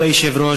כבוד היושב-ראש,